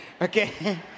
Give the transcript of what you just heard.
Okay